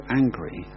angry